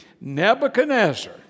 Nebuchadnezzar